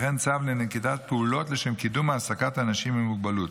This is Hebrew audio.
וכן צו לנקיטת פעולות לשם קידום העסקת אנשים עם מוגבלות.